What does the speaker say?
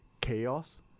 chaos